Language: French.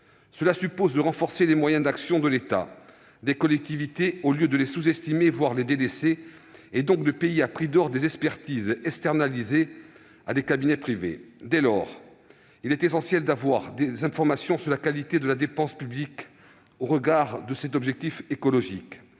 Cela suppose de renforcer les moyens d'action de l'État, des collectivités, au lieu de les sous-estimer, voire de les délaisser, et de payer à prix d'or des expertises externalisées à des cabinets privés. Il est essentiel d'avoir des informations sur la qualité de la dépense publique au regard de cet objectif écologique.